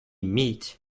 meet